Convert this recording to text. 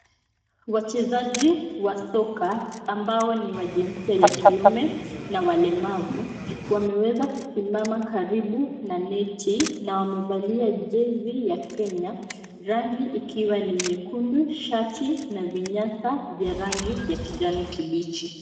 Wachezaji wa soka ambao ni wa jinsia ya kiume na walemavu, wameweza kusimama karibu na neti na wamevalia jezi ya Kenya, rangi ikiwa ni nyekundu shati na vinyasa vya rangi ya kijani kibichi.